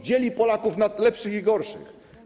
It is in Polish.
Dzieli Polaków na lepszych i gorszych.